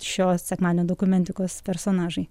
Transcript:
šio sekmadienio dokumentikos personažai